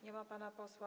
Nie ma pana posła.